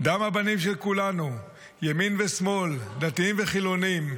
דם הבנים של כולנו, ימין ושמאל, דתיים וחילוניים.